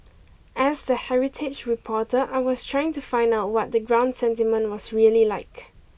as the heritage reporter I was trying to find out what the ground sentiment was really like